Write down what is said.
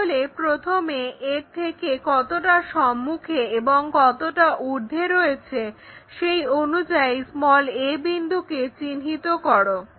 তাহলে প্রথমে এর থেকে কতটা সম্মুখে এবং কতটা ঊর্ধ্বে রয়েছে সেই অনুযায়ী a বিন্দুকে চিহ্নিত করো